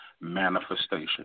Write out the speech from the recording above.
manifestation